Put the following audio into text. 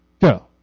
Go